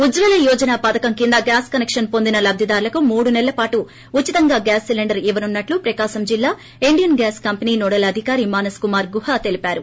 ఉజ్వల యోజన పథకం కింద gas connection వొందిన లబ్లిదారులకు మూడు సెలల పాటు ఉచితంగా గ్యాస్ సిలీండర్ ఇవ్వనున్నట్లు ప్రకాశం జిల్లా ఇండేన్ గ్యాస్ కంపెన్ నోడల్ అధికారి మానస్ కుమార్ గుహ తెలిపారు